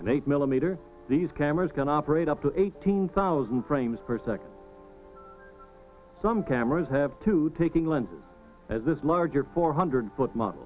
and eight millimeter these cameras can operate up to eighteen thousand frames protect some cameras have to take england as this larger four hundred foot mount